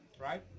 right